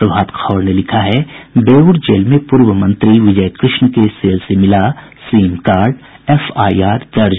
प्रभात खबर ने लिखा है बेऊर जेल में पूर्व मंत्री विजय कृष्ण के सेल से मिला सिमकार्ड एफआईआर दर्ज